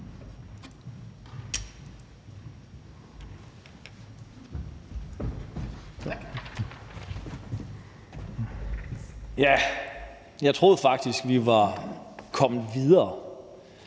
Jeg troede faktisk, vi var kommet videre.